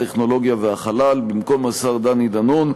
הטכנולוגיה והחלל במקום השר דני דנון,